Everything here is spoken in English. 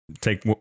take